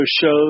shows